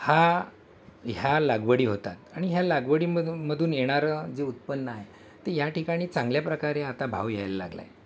हा ह्या लागवडी होतात आणि ह्या लागवडीमधून मधून येणारं जे उत्पन्न आहे ते या ठिकाणी चांगल्या प्रकारे आता भाव यायला लागला